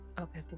Okay